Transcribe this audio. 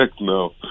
no